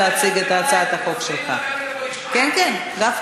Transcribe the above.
להצעת זאת יש הצעה מוצמדת של חבר הכנסת משה